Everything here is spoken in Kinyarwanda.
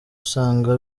usanga